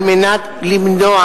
על מנת למנוע